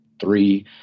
three